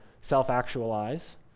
self-actualize